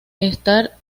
estar